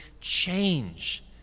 change